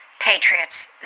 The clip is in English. Patriots